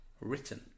written